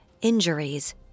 injuries